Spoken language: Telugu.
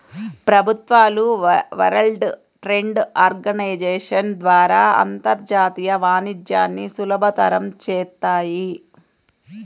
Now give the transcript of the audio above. ప్రభుత్వాలు వరల్డ్ ట్రేడ్ ఆర్గనైజేషన్ ద్వారా అంతర్జాతీయ వాణిజ్యాన్ని సులభతరం చేత్తాయి